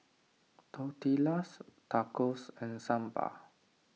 Tortillas Tacos and Sambar